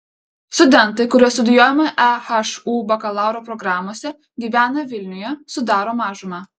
studentai kurie studijuodami ehu bakalauro programose gyvena vilniuje sudaro mažumą